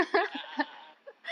a'ah a'ah